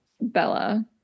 Bella